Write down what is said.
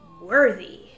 worthy